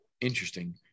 Interesting